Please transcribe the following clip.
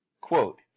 quote